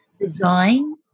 design